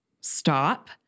stop